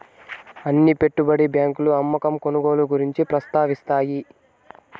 అన్ని పెట్టుబడి బ్యాంకులు అమ్మకం కొనుగోలు గురించి ప్రస్తావిస్తాయి